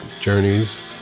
journeys